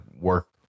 work